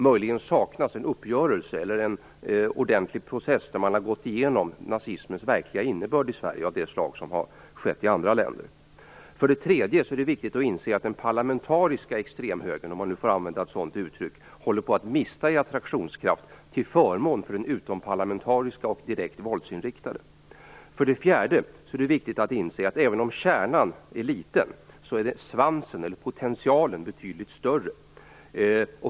Möjligen saknas en ordentlig process där man har gått igenom nazismens verkliga innebörd i Sverige, av det slag som skett i andra länder. För det tredje är det lätt att inse att den parlamentariska extremhögern, om man får använda ett sådant uttryck, håller på att minska i attraktionskraft till förmån för den utomparlamentariska och direkt våldsinriktade. För det fjärde är det viktigt att inse att även om kärnan är liten är svansen, eller potentialen, betydligt större.